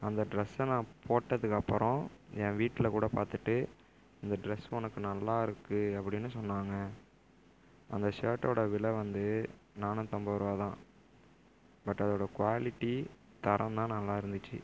அந்த ட்ரெஸ்ஸை நான் போட்டதுக்கு அப்புறம் என் வீட்டில் கூட பார்த்துட்டு இந்த ட்ரெஸ் உனக்கு நல்லா இருக்குது அப்படினு சொன்னாங்க அந்த ஷேர்ட்டோடய விலை வந்து நானூற்றம்பது ருபா தான் பட் அதோடய குவாலிட்டி தரம் தான் நல்லா இருந்துச்சு